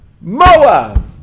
Moab